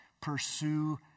Pursue